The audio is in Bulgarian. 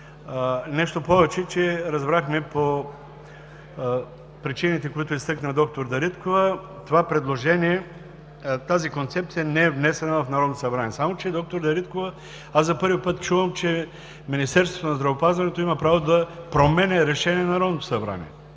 Нещо повече, разбрахме, че по причините, които изтъкна доктор Дариткова, тази концепция не е внесена в Народното събрание. Само че, доктор Дариткова, за първи път чувам, че Министерството на здравеопазването има право да променя решение на Народното събрание.